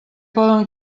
poden